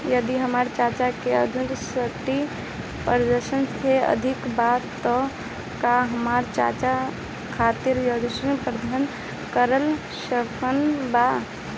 यदि हमर चाचा की आयु साठ वर्ष से अधिक बा त का हमर चाचा खातिर ऋण प्राप्त करल संभव बा